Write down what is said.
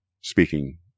speaking